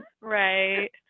Right